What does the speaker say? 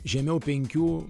žemiau penkių